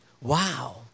Wow